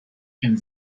and